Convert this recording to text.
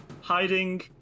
Hiding